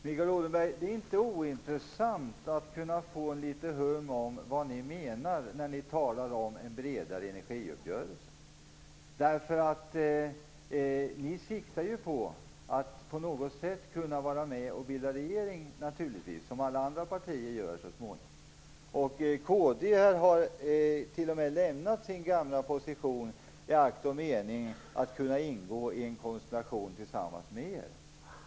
Herr talman! Det är inte ointressant att kunna få litet hum om vad ni menar när ni talar om en bredare energiuppgörelse, Mikael Odenberg. Ni siktar ju på att på något sätt vara med och bilda regering så småningom, som alla andra partier gör. Kd har t.o.m. lämnat sin gamla position i akt och mening att kunna ingå i en konstellation tillsammans med er.